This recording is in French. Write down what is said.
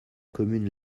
commune